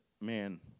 man